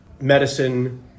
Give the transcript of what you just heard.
medicine